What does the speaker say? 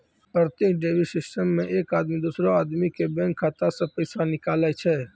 प्रत्यक्ष debit system मे एक आदमी दोसरो आदमी के बैंक खाता से पैसा निकाले छै